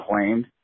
claimed